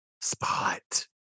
Spot